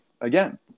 again